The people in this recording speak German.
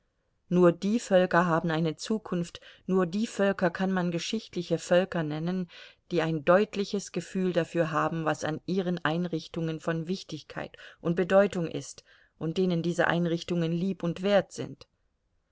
nur die völker haben eine zukunft nur die völker kann man geschichtliche völker nennen die ein deutliches gefühl dafür haben was an ihren einrichtungen von wichtigkeit und bedeutung ist und denen diese einrichtungen lieb und wert sind